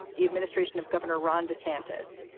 the administration of governor ron desantis,